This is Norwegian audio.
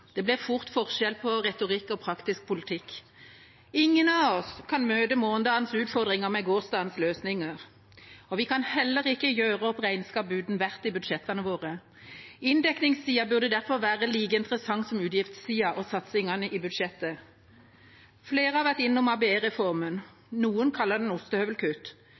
Det blir fort forskjell på retorikk og praktisk politikk. Ingen av oss kan møte morgendagens utfordringer med gårsdagens løsninger. Vi kan heller ikke gjøre opp regnskap uten vert i budsjettene våre. Inndekningssiden burde derfor være like interessant som utgiftssiden og satsingene i budsjettet. Flere har vært innom ABE-reformen. Noen kaller den ostehøvelkutt.